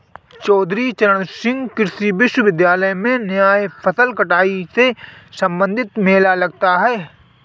चौधरी चरण सिंह कृषि विश्वविद्यालय में अन्य फसल कटाई से संबंधित मेला लगता है